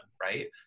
right